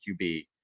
QB